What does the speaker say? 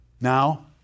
Now